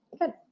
Good